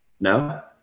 No